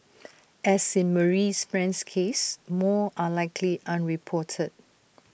as in Marie's friend's case more are likely unreported